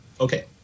Okay